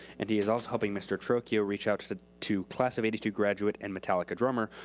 and he is also helping mr. trocchio reach out to to class of eighty two graduate and metallica drummer,